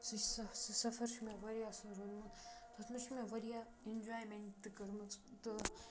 سُہ سَفر چھُ مےٚ واریاہ اَصل روٗدمُت تَتھ منٛز چھُ مےٚ واریاہ اینجایمینٹ تہِ کٔرۍ مٕژ تہٕ